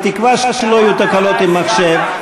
בתקווה שלא יהיו תקלות מחשב.